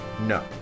No